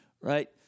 right